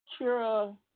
Kira